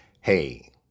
Hey